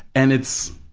and it's,